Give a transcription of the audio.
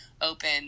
open